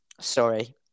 sorry